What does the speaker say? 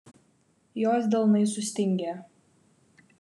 jos delnai sustingę